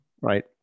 right